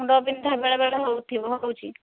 ମୁଣ୍ଡ ବିନ୍ଧା ବେଳେ ବେଳେ ହେଉଥିବ ହେଉଛି